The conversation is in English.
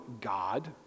God